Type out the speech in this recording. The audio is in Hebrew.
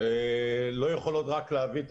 לא יכולות רק להביא תיירים.